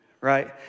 Right